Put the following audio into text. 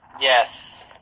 Yes